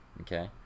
okay